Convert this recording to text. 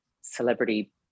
celebrity